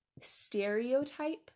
stereotype